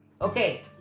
Okay